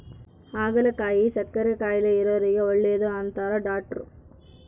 ಹಾಗಲಕಾಯಿ ಸಕ್ಕರೆ ಕಾಯಿಲೆ ಇರೊರಿಗೆ ಒಳ್ಳೆದು ಅಂತಾರ ಡಾಟ್ರು